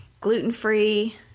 gluten-free